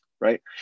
right